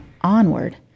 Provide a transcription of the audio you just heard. onward